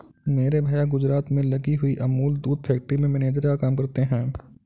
मेरे भैया गुजरात में लगी हुई अमूल दूध फैक्ट्री में मैनेजर का काम करते हैं